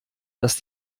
dass